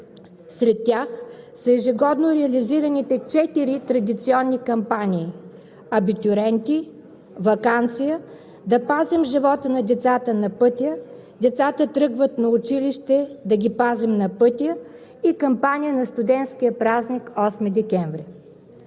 Сред тях са ежегодно реализираните четири традиционни кампании – „Абитуриенти“, „Ваканция! Да пазим живота на децата на пътя“, „Децата тръгват на училище! Да ги пазим на пътя!“ и кампания на студентския празник – 8 декември.